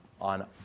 on